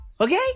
Okay